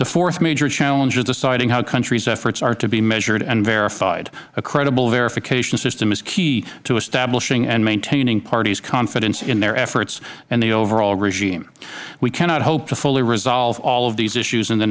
the fourth major challenge is deciding how countries efforts are to be measured and verified a credible verification system is key to establishing and maintaining parties confidence in their efforts in the overall regime we cannot realistically resolve all of these issues in the